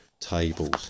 tables